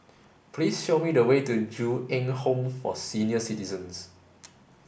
please show me the way to Ju Eng Home for Senior Citizens